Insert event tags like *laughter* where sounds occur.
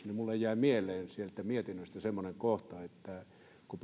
*unintelligible* minulle jäi mieleen sieltä mietinnöstä semmoinen kohta että kun *unintelligible*